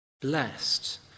Blessed